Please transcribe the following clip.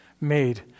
made